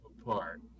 apart